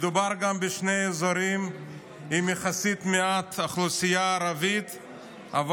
מדובר גם בשני אזורים עם מעט אוכלוסייה ערבית יחסית,